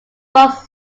fox